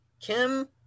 Kim